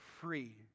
free